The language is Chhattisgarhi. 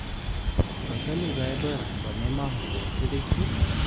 फसल उगाये बर बने माह कोन से राइथे?